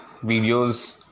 videos